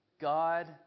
God